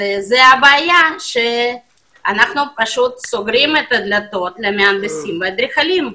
הבעיה שאנחנו פשוט סוגרים את הדלתות בפני המהנדסים והאדריכלים.